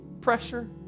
pressure